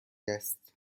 است